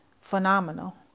phenomenal